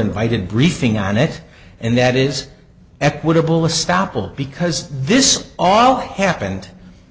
invited briefing on it and that is equitable a stoppel because this all happened